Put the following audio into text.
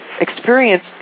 experience